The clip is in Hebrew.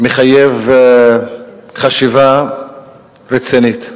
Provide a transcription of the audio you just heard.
מחייב חשיבה רצינית,